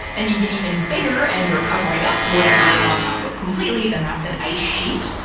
and you get even bigger and you're covering up whatever it's on top of completely, then that's an ice sheet.